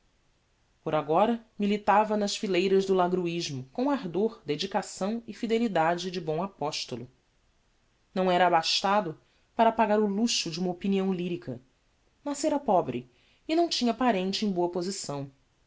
por agora militava nas fileiras do lagruismo com ardor dedicação e fidelidade de bom apostolo não era abastado para pagar o luxo de uma opinião lyrica nascera pobre e não tinha parente em boa posição